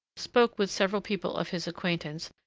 spoke with several people of his acquaintance,